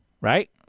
right